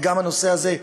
וגם הנושא הזה,